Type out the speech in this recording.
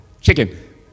chicken